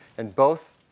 and both